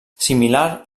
similar